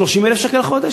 30,000 שקל לחודש,